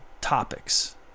topics